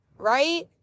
right